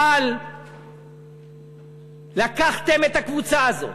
אבל לקחתם את הקבוצה הזאת